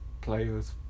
players